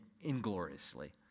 ingloriously